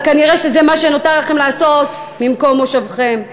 אבל כנראה שזה מה שנותר לכם לעשות ממקום מושבכם.